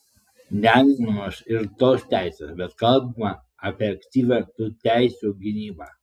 neminimos ir tos teisės bet kalbama apie aktyvią tų teisių gynybą